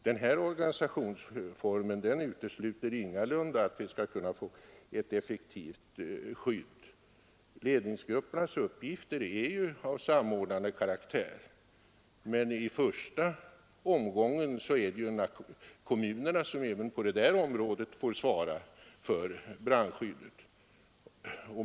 Den nya organisationsformen utesluter ingalunda ett effektivt skydd. Ledningsgruppernas uppgifter är ju av samordnande karaktär, och i första omgången får kommunerna svara för brandskyddet även på det här området.